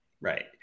Right